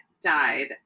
died